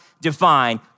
define